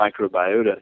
microbiota